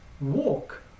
walk